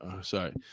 Sorry